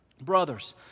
Brothers